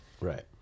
right